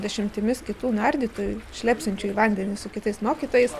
dešimtimis kitų nardytojų šlepsinčių į vandenį su kitais mokytojais